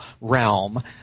realm